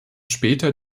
später